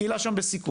הקהילה שם בסיכון,